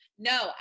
No